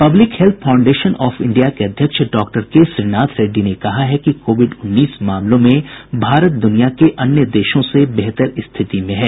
public health foundation of India के अध्यक्ष doctor K Srinath Reddy ने कहा कि कोविड उन्नीस मामलों में भारत दुनिया के अन्य देशों से बेहतर स्थिति में है